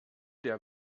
der